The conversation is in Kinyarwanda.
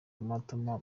mato